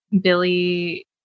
Billy